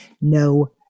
no